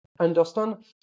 Understand